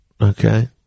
Okay